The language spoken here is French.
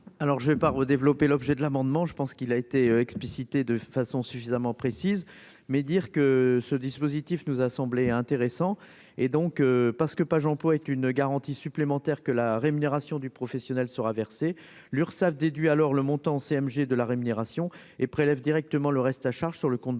Alors je vais pas redévelopper l'objet de l'amendement, je pense qu'il a été explicitée de façon suffisamment précise mais dire que ce dispositif nous a semblé intéressant et donc parce que pas emploie est une garantie supplémentaire que la rémunération du professionnel sera versée l'Urssaf déduit alors le montant CMG de la rémunération et prélève directement, le reste à charge sur le compte bancaire